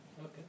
Okay